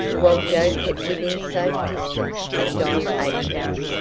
while joe kept within safe distance of don aikins,